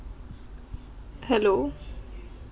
hello